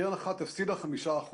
קרן אחת הפסידה 5%,